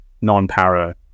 non-para